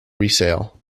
resale